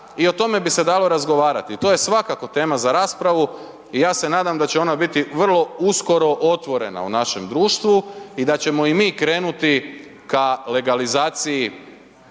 i o tome bi se dalo razgovarati, to je svakako tema za raspravu i ja se nadam da će ona biti vrlo uskoro otvorena u našem društvu i da ćemo i mi krenuti ka legalizaciji